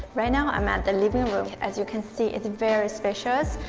right now, i'm at the living room as you can see it's very spacious,